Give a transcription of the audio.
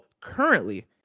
currently